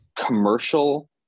commercial